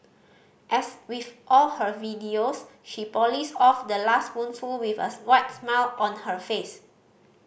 as with all her videos she polished off the last spoonful with a wide smile on her face